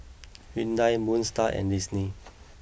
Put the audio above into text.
Hyundai Moon Star and Disney